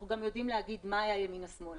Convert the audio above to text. אנחנו גם יודעים להגיד מה היה ימינה שמאלה,